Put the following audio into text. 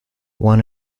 one